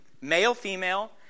male-female